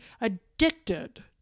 addicted